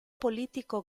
politico